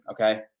Okay